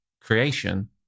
creation